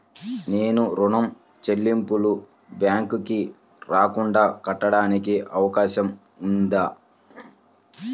నేను ఋణం చెల్లింపులు బ్యాంకుకి రాకుండా కట్టడానికి అవకాశం ఉందా?